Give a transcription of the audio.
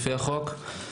לפי החוק.